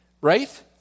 right